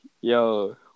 Yo